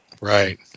Right